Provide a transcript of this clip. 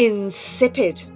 Insipid